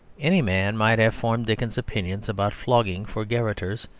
any man might have formed dickens's opinion about flogging for garrotters,